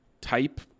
type